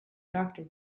doctor